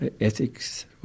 ethics